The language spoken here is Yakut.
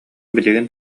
билигин